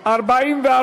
2015, נתקבלה.